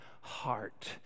heart